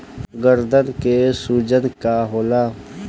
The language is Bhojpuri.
गदन के सूजन का होला?